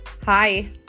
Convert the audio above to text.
Hi